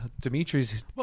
Dimitri's